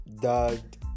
dad